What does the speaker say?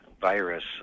virus